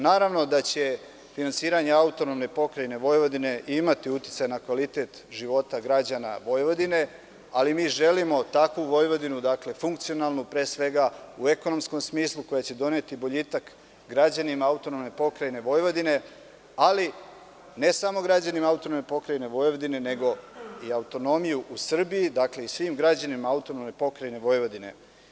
Naravno, da će finansiranje AP Vojvodine imati uticaj na kvalitet života građana Vojvodine, ali mi želimo takvu Vojvodinu, dakle, funkcionalnu pre svega, u ekonomskom smislu koja će doneti boljitak građanima AP Vojvodine, ali ne samo građanima AP Vojvodine nego i autonomiju u Srbiji, dakle i svim građanima AP Vojvodine.